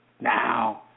now